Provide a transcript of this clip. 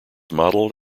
modeled